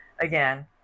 again